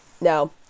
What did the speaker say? no